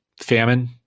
famine